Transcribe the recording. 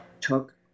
took